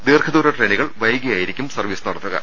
ദീർഘദൂര ട്രെയിനുകൾ വൈകിയായി രിക്കും സർവീസ് നടത്തുക